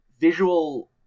visual